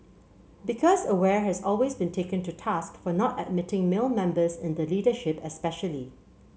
because aware has always been taken to task for not admitting male members in the leadership especially